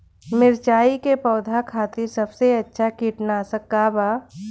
मिरचाई के पौधा खातिर सबसे अच्छा कीटनाशक का बा?